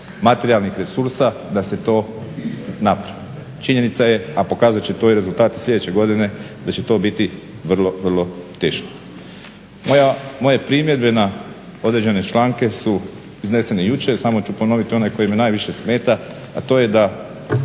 materijalnih resursa da se to napravi? Činjenica je, a pokazat će to i rezultati sljedeće godine, da će to biti vrlo, vrlo teško. Moje primjedbe na određene članke su iznesene jučer, samo ću ponoviti one koje me najviše smeta, a to je da